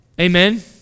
Amen